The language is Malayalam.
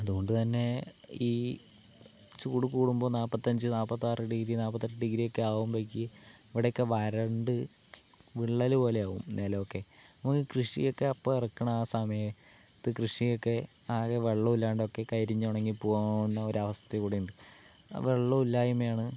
അതുകൊണ്ട് തന്നെ ഈ ചൂട് കൂടുമ്പോൾ നാൽപത്തഞ്ച് നാൽപത്താറ് ഡിഗ്രി നാൽപത്തെട്ട് ഡിഗ്രിയൊക്കെ ആകുമ്പോഴേക്ക് അവിടെയൊക്കെ വരണ്ട് വിള്ളൽ പോലെയാകും നിലമൊക്കെ കൃഷിയൊക്കെ അപ്പം ഇറക്കുന്ന ആ സമയത്ത് കൃഷിയൊക്കെ ആകെ വെള്ളമില്ലാണ്ടൊക്കെ കരിഞ്ഞ് ഉണങ്ങി പോകാവുന്ന ഒരവസ്ഥ കൂടിയുണ്ട് ആ വെള്ളമില്ലായ്മയാണ്